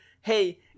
hey